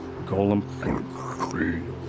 golem